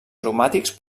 aromàtics